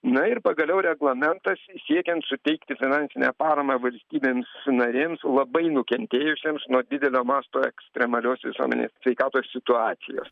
na ir pagaliau reglamentas siekiant suteikti finansinę paramą valstybėms narėms labai nukentėjusiems nuo didelio masto ekstremalios visuomenės sveikatos situacijos